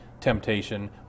temptation